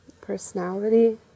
personality